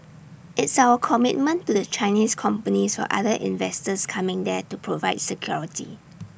it's our commitment to the Chinese companies or other investors coming there to provide security